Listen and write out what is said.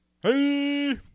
Hey